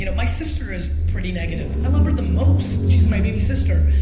you know my sister is pretty negative. i love her the most, she's my baby sister.